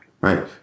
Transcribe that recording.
Right